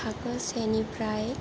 थाखो सेनिफ्राय